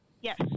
Yes